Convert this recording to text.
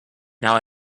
now